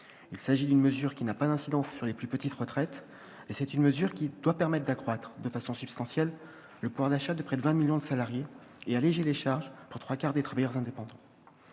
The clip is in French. Il s'agit d'une disposition sans incidence sur les plus petites retraites. Et c'est aussi une mesure qui doit permettre d'accroître, de façon substantielle, le pouvoir d'achat de près de 20 millions de salariés et d'alléger les charges des trois quarts des travailleurs indépendants.